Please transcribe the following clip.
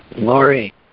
Lori